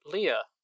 Leah